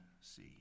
see